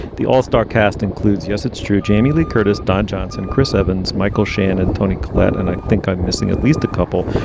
the all star cast includes yes, it's true, jamie lee curtis, don johnson, chris evans, michael shannon, toni collette. and i think i'm missing at least a couple,